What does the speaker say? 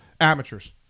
Amateurs